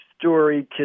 story